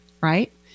right